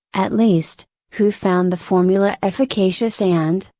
at least, who found the formula efficacious and,